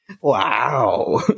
Wow